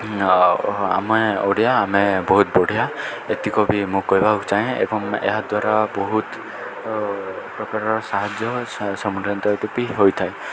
ଆମେ ଓଡ଼ିଆ ଆମେ ବହୁତ ବଢ଼ିଆ ଏତିକ ବି ମୁଁ କହିବାକୁ ଚାହେଁ ଏବଂ ଏହାଦ୍ୱାରା ବହୁତ ପ୍ରକାରର ସାହାଯ୍ୟ ହୋଇଥାଏ